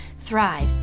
thrive